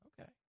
Okay